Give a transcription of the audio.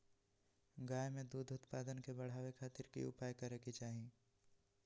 गाय में दूध उत्पादन के बढ़ावे खातिर की उपाय करें कि चाही?